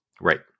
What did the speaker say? Right